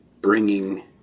bringing